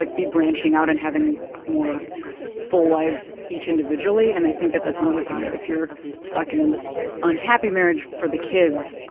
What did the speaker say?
like be branching out and having more full lives each individually, and i think that's another thing, that if you're stuck in an unhappy marriage for the kids,